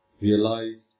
realized